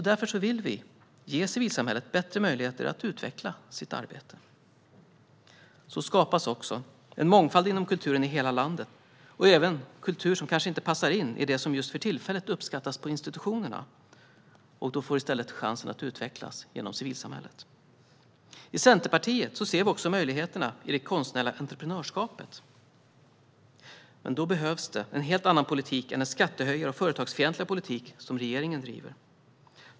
Därför vill vi ge civilsamhället bättre möjligheter att utveckla sitt arbete. På så sätt skapas också en mångfald inom kulturen i hela landet, även för kultur som kanske inte passar in i det som just för tillfället uppskattas på institutionerna. Den får i stället chansen att utvecklas genom civilsamhället. I Centerpartiet ser vi också möjligheterna i det konstnärliga entreprenörskapet. Men då behövs det en helt annan politik än den företagsfientliga skattehöjarpolitik som regeringen driver.